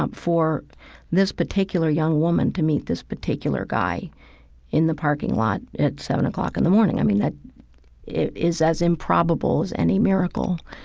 um for this particular young woman to meet this particular guy in the parking lot at seven like zero in the morning. i mean, that is as improbable as any miracle